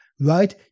Right